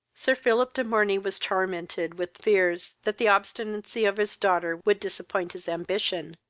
sir philip de morney was tormented with fears that the obstinacy of his daughter would disappoint his ambition,